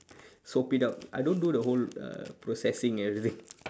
soap it up I don't do the whole uh processing everything